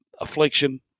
affliction